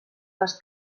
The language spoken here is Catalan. les